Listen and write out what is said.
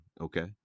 Okay